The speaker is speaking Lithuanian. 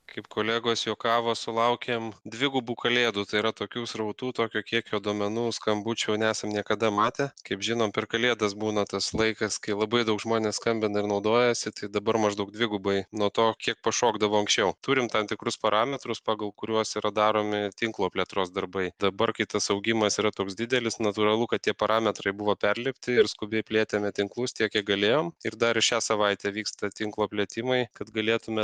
kaip kolegos juokavo sulaukėm dvigubų kalėdų tai yra tokių srautų tokio kiekio duomenų skambučių nesam niekada matę kaip žinom per kalėdas būna tas laikas kai labai daug žmonės skambina ir naudojasi tai dabar maždaug dvigubai nuo to kiek pašokdavo anksčiau turim tam tikrus parametrus pagal kuriuos yra daromi tinklo plėtros darbai dabar kai tas augimas yra toks didelis natūralu kad tie parametrai buvo perlipti ir skubiai plėtėme tinklus tiek kiek galėjom ir dar šią savaitę vyksta tinklo plėtimai kad galėtume